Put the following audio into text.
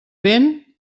vent